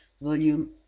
Volume